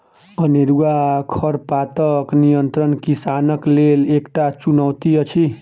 अनेरूआ खरपातक नियंत्रण किसानक लेल एकटा चुनौती अछि